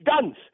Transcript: guns